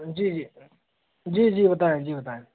जी G G G होता है G होता है